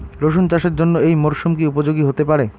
রসুন চাষের জন্য এই মরসুম কি উপযোগী হতে পারে?